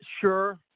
sure